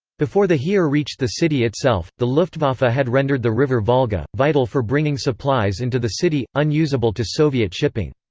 before the heer reached the city itself, the luftwaffe ah had rendered the river volga, vital for bringing supplies into the city, unusable to soviet shipping.